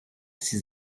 six